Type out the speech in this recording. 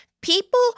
people